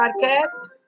podcast